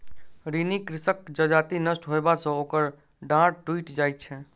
ऋणी कृषकक जजति नष्ट होयबा सॅ ओकर डाँड़ टुइट जाइत छै